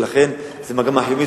ולכן זו מגמה חיובית,